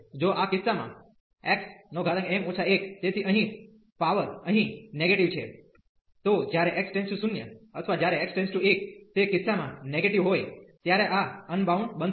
જો આ કિસ્સા માં xm 1 તેથી અહીં પાવર અહીં નેગેટીવ છે તો જ્યારે x → 0 અથવા જ્યારે x→1 તે કિસ્સા માં નેગેટીવ હોય ત્યારે આ અનબાઉન્ડ બનશે